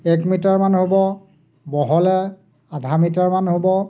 এক মিটাৰমান হ'ব বহলে আধা মিটাৰমান হ'ব